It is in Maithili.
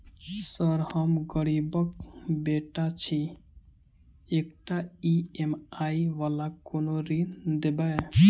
सर हम गरीबक बेटा छी एकटा ई.एम.आई वला कोनो ऋण देबै?